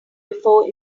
before